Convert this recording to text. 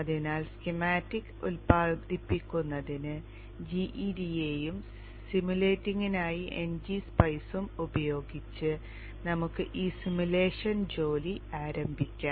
അതിനാൽ സ്കീമാറ്റിക്സ് ഉത്പാദിപ്പിക്കുന്നതിന് gEDAയും സിമുലേറ്റിംഗിനായി ngSpice ഉം ഉപയോഗിച്ച് നമുക്ക് ഈ സിമുലേഷൻ ജോലി ആരംഭിക്കാം